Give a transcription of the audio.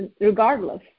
regardless